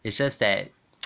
it's just that